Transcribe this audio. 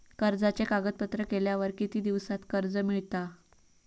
कर्जाचे कागदपत्र केल्यावर किती दिवसात कर्ज मिळता?